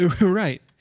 Right